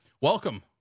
Welcome